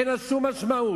אין לה שום משמעות.